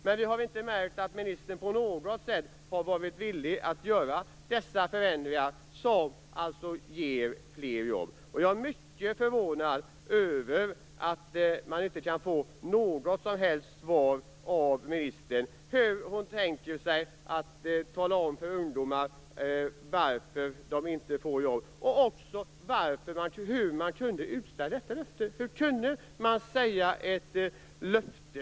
Men vi har inte märkt att ministern på något sätt har varit villig att göra dessa förändringar som ger fler jobb. Jag är mycket förvånad över att man inte kan få något som helst besked av ministern om hur hon tänker sig att tala om för ungdomar varför de inte får jobb och också hur man kunde utställa detta löfte.